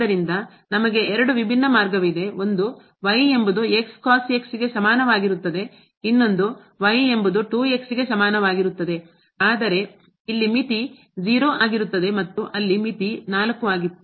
ಆದ್ದರಿಂದ ನಮಗೆ 2 ವಿಭಿನ್ನ ಮಾರ್ಗವಿದೆ ಒಂದು ಎಂಬುದು ಗೆ ಸಮಾನವಾಗಿರುತ್ತದೆ ಇನ್ನೊಂದು ಎಂಬುದು 2x ಗೆ ಸಮಾನವಾಗಿರುತ್ತದೆ ಆದರೆ ಇಲ್ಲಿ ಮಿತಿ 0 ಆಗಿರುತ್ತದೆ ಮತ್ತು ಅಲ್ಲಿ ಮಿತಿ 4 ಆಗಿತ್ತು